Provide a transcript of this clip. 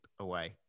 away